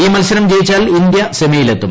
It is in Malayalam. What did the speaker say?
ഈ മത്സരം ജയിച്ചാൽ ഇന്ത്യ സെമിയിലെത്തും